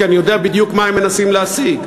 כי אני יודע בדיוק מה הם מנסים להשיג.